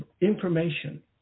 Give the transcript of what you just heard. information